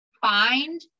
find